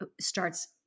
starts